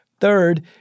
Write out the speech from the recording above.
Third